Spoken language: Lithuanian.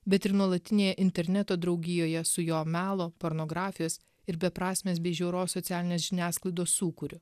bet ir nuolatinėje interneto draugijoje su jo melo pornografijos ir beprasmės bei žiaurios socialinės žiniasklaidos sūkuriu